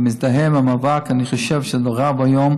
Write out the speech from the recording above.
אני מזדהה עם המאבק, אני חושב שזה נורא ואיום,